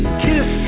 kiss